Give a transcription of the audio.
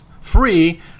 Free